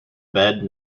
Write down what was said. bed